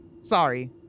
Sorry